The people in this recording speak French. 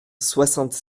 soixante